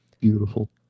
Beautiful